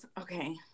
okay